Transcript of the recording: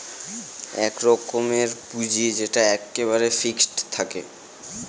এক রকমের পুঁজি যেটা এক্কেবারে ফিক্সড থাকে